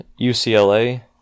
UCLA